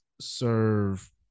serve